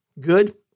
good